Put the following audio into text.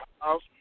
house